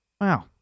Wow